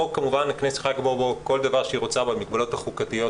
בחוק כמובן הכנסת יכולה לקבוע בו כל דבר שהיא רוצה במגבלות החוקתיות,